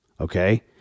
okay